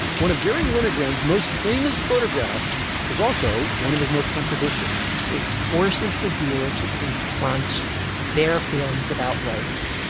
one of garry winogrand most famous photographs is also one of his most controversial it forces the viewer to confront their feelings about race,